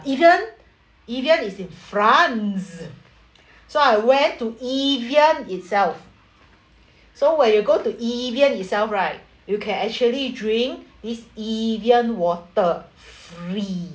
Evian Evian is in france so I went to evian itself so when you go to evian itself right you can actually drink this Evian water free